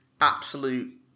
absolute